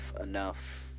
enough